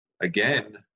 again